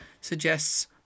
suggests